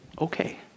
Okay